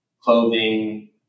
clothing